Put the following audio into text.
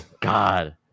God